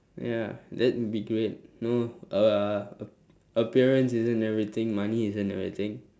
ya that would be great you know uh appearance isn't everything money isn't everything